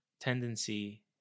tendency